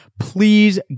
please